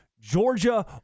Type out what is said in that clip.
Georgia